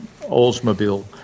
Oldsmobile